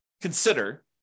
consider